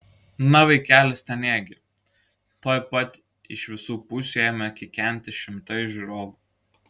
na vaikeli stenėk gi tuoj pat iš visų pusių ėmė kikenti šimtai žiūrovų